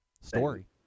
story